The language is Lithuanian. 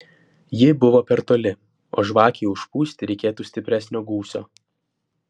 ji buvo per toli o žvakei užpūsti reikėtų stipresnio gūsio